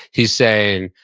he's saying,